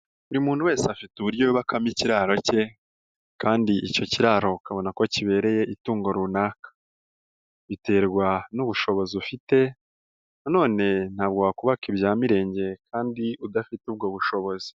Buri muntu wese afite uburyo yubakamo ikiraro cye kandi icyo kiraro ukabona ko kibereye itungo runaka, biterwa n'ubushobozi ufite na none ntabwo wakubaka ibya mirenge kandi udafite ubwo bushobozi.